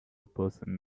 person